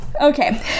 Okay